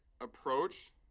approach